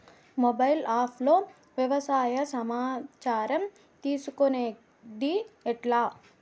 Mobile app లో వ్యవసాయ సమాచారం తీసుకొనేది ఎట్లా?